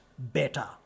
better